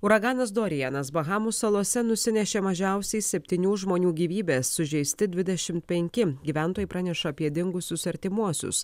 uraganas dorianas bahamų salose nusinešė mažiausiai septynių žmonių gyvybę sužeisti dvidešimt penki gyventojai praneša apie dingusius artimuosius